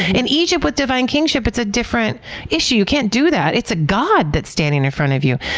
in egypt, with divine kingship, it's a different issue. you can't do that. it's a god that standing in front of you,